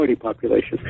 population